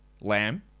Lamb